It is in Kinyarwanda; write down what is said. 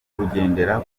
ugendera